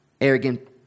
arrogant